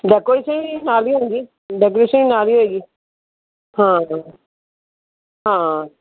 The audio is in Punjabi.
ਡੈਕੋਰੇਸ਼ਨ ਵੀ ਨਾਲ਼ ਹੀ ਹੋਊਂਗੀ ਡੈਕੋਰੇਸ਼ਨ ਵੀ ਨਾਲ਼ ਹੀ ਹੋਏਗੀ ਹਾਂ ਹਾਂ ਹਾਂ